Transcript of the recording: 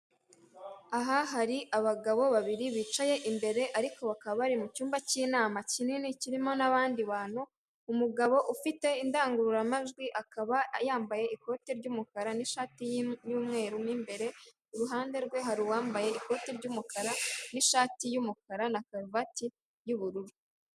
Aha hari abagabo babiri bicaye imbere ariko bakaba bari mu cyumba cy'inama kinini kirimo n'abandi bantu, umugabo ufite indangururamajwi akaba yambaye ikoti ry'umukara n'ishati y'umweru mo mbere, iruhande rwe hari uwambaye ikoti ry'umukara n'ishati y'umukara na karuvati y'ubururu.